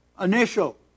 initial